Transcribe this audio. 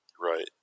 Right